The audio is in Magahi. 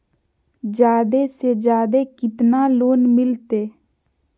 जादे से जादे कितना लोन मिलते?